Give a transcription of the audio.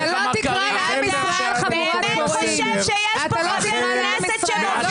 אתה באמת חושב שיש פה חבר כנסת שמוביל?